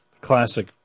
classic